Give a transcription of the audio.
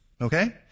okay